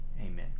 Amen